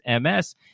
MS